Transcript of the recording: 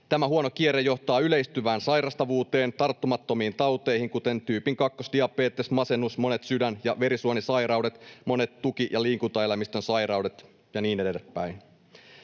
Tämä huono kierre johtaa yleistyvään sairastavuuteen, tarttumattomiin tauteihin, kuten kakkostyypin diabetes, masennus, monet sydän- ja verisuonisairaudet, monet tuki- ja liikuntaelimistön sairaudet ja niin edespäin.